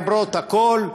למרות הכול,